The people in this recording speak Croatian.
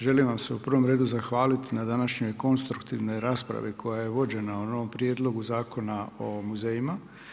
Želim vam se u prvom redu zahvaliti na današnjoj konstruktivnoj raspravi koja je vođena o novom Prijedlogu zakona o muzejima.